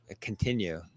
continue